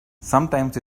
sometimes